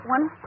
One